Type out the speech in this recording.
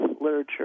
literature